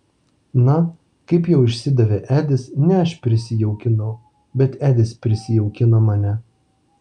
na kaip jau išsidavė edis ne aš prisijaukinau bet edis prisijaukino mane